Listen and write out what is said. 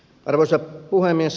arvoisa puhemies